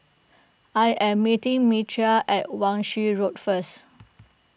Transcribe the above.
I am meeting Myrta at Wan Shih Road first